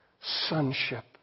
sonship